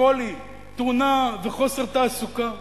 חולי, תאונה וחוסר תעסוקה,